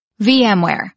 VMware